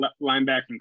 linebacking